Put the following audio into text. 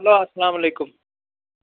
چلو اسلام علیکُم